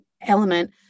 element